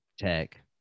tech